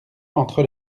entre